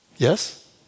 Yes